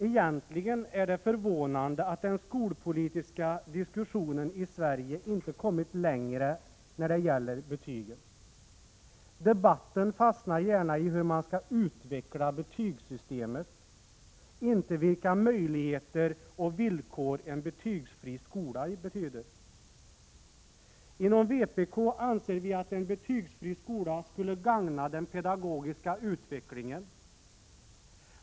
Egentligen är det förvånande att den skolpolitiska diskussionen i Sverige inte har kommit längre när det gäller betygen. Debatten fastnar gärna i hur man skall utveckla betygssystemet, inte i vilka möjligheter och villkor en betygsfri skola har. Inom vpk anser vi att en betygsfri skola skulle gagna den pedagogiska utvecklingen.